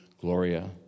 Gloria